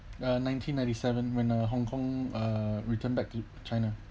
uh nineteen ninety seven when a Hong-Kong uh returned back to china